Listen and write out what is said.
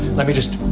let me just